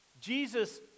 Jesus